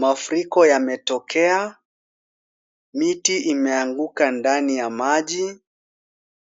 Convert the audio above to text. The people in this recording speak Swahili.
Mafuriko yametokea, miti imeanguka ndani ya maji,